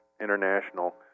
international